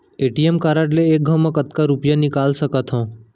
ATM card ले एक घव म कतका रुपिया निकाल सकथव?